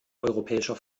europäischer